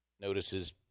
notices